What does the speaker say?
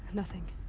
nothing.